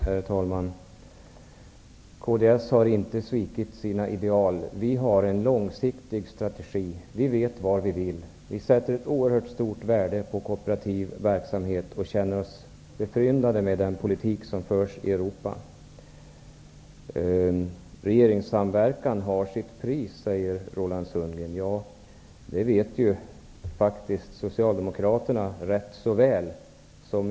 Herr talman! Kds har inte svikit sina ideal. Vi har en långsiktig strategi. Vi vet vad vi vill. Vi sätter ett oerhört stort värde på kooperativ verksamhet och känner oss befryndade med den politik som förs i Regeringssamverkan har sitt pris, säger Roland Sundgren. Ja, det vet faktiskt Socialdemokraterna rätt så väl.